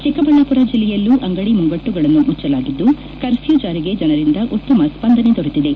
ಚಿಕ್ಕಬಳ್ಳಾಪುರ ಜಿಲ್ಲೆಯಲ್ಲೂ ಅಂಗಡಿ ಮುಂಗಟ್ಟುಗಳನ್ನು ಮುಚ್ಚಲಾಗಿದ್ದು ಕಫ್ರೊ ಜಾರಿಗೆ ಜನರಿಂದ ಉತ್ತಮ ಸ್ಸಂದನೆ ದೊರೆತಿದೆ